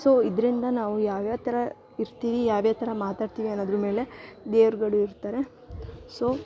so ಇದರಿಂದ ನಾವು ಯಾವ್ಯಾವ ಥರ ಇರ್ತೀವಿ ಯಾವ್ಯಾವ ಥರ ಮಾತಾಡ್ತೀವಿ ಅನ್ನೋದ್ರ ಮೇಲೆ ದೇವ್ರುಗಳು ಇರ್ತಾರೆ ಸೊ